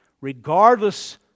regardless